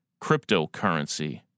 cryptocurrency